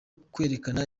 kwerekana